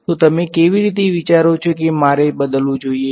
તો તમે કેવી રીતે વિચારો છો કે મારે બદલવું જોઈએ